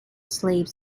slave